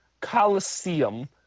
coliseum